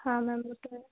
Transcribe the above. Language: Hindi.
हाँ मैम वह तो है